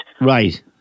Right